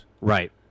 Right